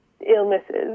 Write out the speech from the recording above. illnesses